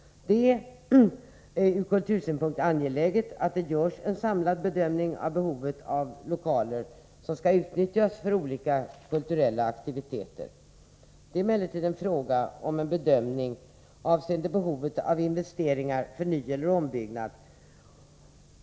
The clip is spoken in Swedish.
Det är ur kultursynpunkt angeläget att det görs en samlad bedömning av behovet av lokaler som skall utnyttjas för olika kulturella aktiviteter. Det är emellertid fråga om en bedömning avseende behovet av investeringar för nyeller ombyggnad.